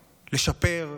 לשפר,